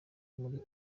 muri